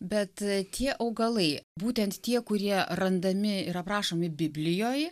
bet tie augalai būtent tie kurie randami ir aprašomi biblijoj